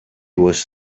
was